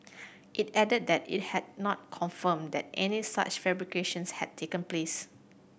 it added that it had not confirmed that any such fabrications had taken place